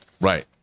Right